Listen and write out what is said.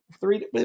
three